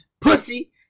Pussy